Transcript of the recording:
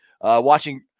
Watching